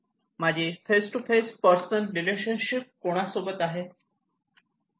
माझी face to face personal relationship कुणासोबत आहे